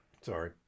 Sorry